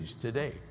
today